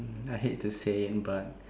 I hate to say in but